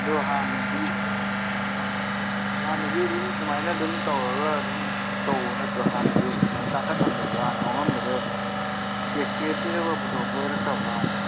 ꯑꯗꯣ ꯍꯥꯟꯅꯗꯤ ꯍꯥꯟꯅꯁꯨ ꯑꯗꯨꯝ ꯁꯨꯃꯥꯏꯅ ꯑꯗꯨꯝ ꯇꯧꯔꯒ ꯑꯗꯨꯝ ꯇꯧꯕ ꯅꯠꯇ꯭ꯔꯣ ꯍꯥꯟꯅꯁꯨ ꯁꯨꯃꯥꯏꯅ ꯇꯥꯡꯈꯠꯂꯝꯗꯕꯗꯣ ꯍꯥꯟꯅ ꯍꯣꯡꯉꯝꯕꯗꯣ ꯇꯦꯛꯁ ꯊꯤꯔ ꯊꯤꯔꯒ ꯄꯨꯊꯣꯔꯛꯄ ꯅꯠꯇꯕ꯭ꯔꯣ ꯍꯥꯟꯅꯗꯤ